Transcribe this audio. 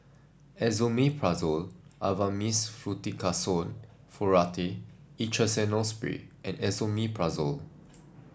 Esomeprazole Avamys Fluticasone Furoate Intranasal Spray and Esomeprazole